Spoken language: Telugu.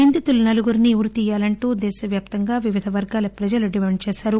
నిందితులు నలుగురుని ఉరి తీయాలంటూ దేశవ్యాప్తంగా వివిధ వర్గాల ప్రజలు డిమాండ్ చేశారు